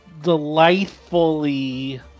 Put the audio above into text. delightfully